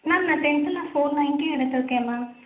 ma'am நான் டென்த்தில் four ninety எடுத்துருக்கேன் மேம்